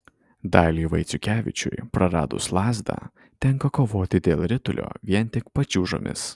daliui vaiciukevičiui praradus lazdą tenka kovoti dėl ritulio vien tik pačiūžomis